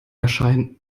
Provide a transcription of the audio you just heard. erscheinen